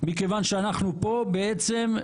מכיוון שאנחנו פה בעצם,